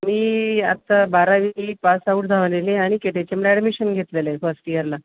मी आत्ता बारावी pass out झालेली आहे आणि के टी एच एमला ॲडमिशन घेतलेले आहे फर्स्ट ईयरला